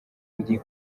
ndi